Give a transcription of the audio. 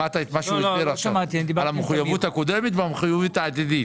הוא דיבר על המחוייבות הקודמת והעתידית.